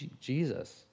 Jesus